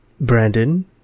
Brandon